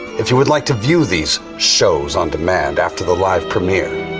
if you would like to view these shows on demand after the live premiere,